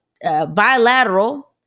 bilateral